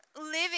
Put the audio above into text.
living